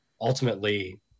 ultimately